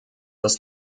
das